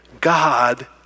God